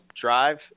drive